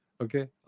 okay